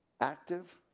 Active